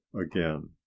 again